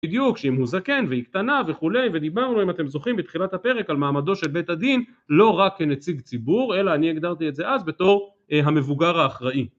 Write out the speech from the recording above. בדיוק שאם הוא זקן והיא קטנה וכולי ודיברנו אם אתם זוכרים בתחילת הפרק על מעמדו של בית הדין לא רק כנציג ציבור אלא אני הגדרתי את זה אז בתור המבוגר האחראי